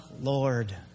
Lord